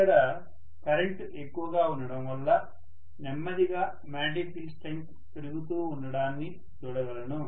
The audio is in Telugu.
ఇక్కడ కరెంటు ఎక్కువగా ఉండడం వల్ల నెమ్మదిగా మాగ్నెటిక్ ఫీల్డ్ స్ట్రెంగ్త్ పెరుగుతూ ఉండడాన్ని చూడగలను